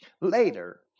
later